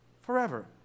forever